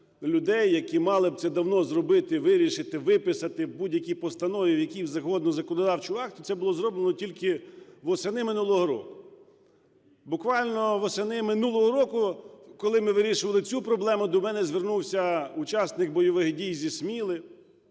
людей, які б мали це давно зробити, вирішити, виписати в будь-якій постанові, в якому завгодно законодавчому акті, це було зроблено тільки восени минулого року. Буквально восени минулого року, коли ми вирішували цю проблему, до мене звернувся учасник бойових дій зі Сміли,